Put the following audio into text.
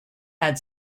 had